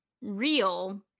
real